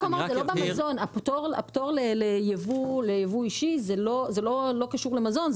הפטור לייבוא אישי לא קשור במזון,